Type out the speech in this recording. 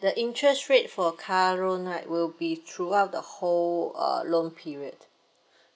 the interest rate for car loan right will be throughout the whole uh loan period